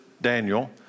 Daniel